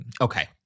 Okay